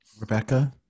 Rebecca